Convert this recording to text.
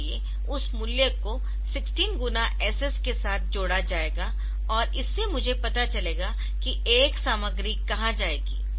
इसलिए उस मूल्य को 16 गुणा SS के साथ जोड़ा जाएगा और इससे मुझे पता चलेगा कि AX सामग्री कहां जाएगी